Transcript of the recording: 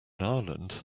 ireland